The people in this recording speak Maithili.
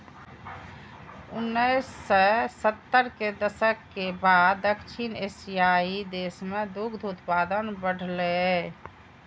उन्नैस सय सत्तर के दशक के बाद दक्षिण एशियाइ देश मे दुग्ध उत्पादन बढ़लैए